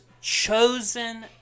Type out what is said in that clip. chosen